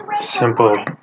Simple